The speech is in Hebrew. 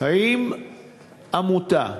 האם עמותה,